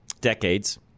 decades